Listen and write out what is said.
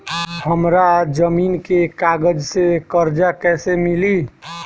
हमरा जमीन के कागज से कर्जा कैसे मिली?